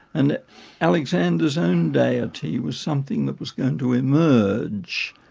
and alexander's own deity was something that was going to emerge.